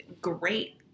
great